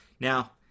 Now